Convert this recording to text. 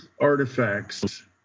artifacts